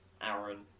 Aaron